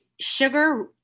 sugar